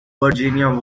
virginia